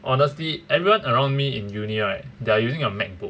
honestly everyone around me in uni right they're using a macbook